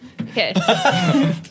Okay